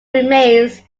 remains